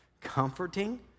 comforting